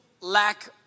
lack